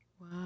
Wow